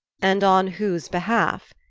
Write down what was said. and on whose behalf,